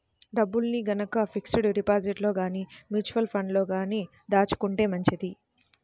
డబ్బుల్ని గనక ఫిక్స్డ్ డిపాజిట్లలో గానీ, మ్యూచువల్ ఫండ్లలో గానీ దాచుకుంటే మంచిది